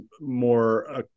more